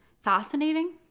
fascinating